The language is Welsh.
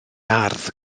ardd